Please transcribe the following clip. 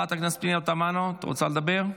חברת הכנסת פנינה תמנו, את רוצה לדבר?